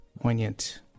poignant